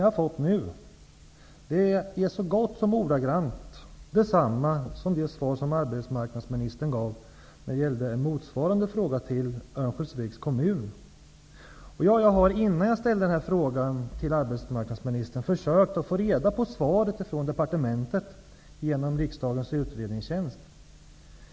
Det här svaret är så gott som ordagrant detsamma som arbetsmarknadsministern gav på motsvarande fråga om Örnsköldsviks kommun. Jag har innan jag ställde frågan till arbetsmarknadsministern försökt att genom Riksdagens utredningstjänst få besked i ärendet från departementet.